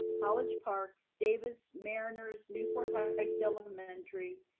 college park, davis, mariners, newport heights elementary,